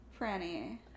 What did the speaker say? Franny